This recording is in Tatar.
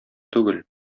түгел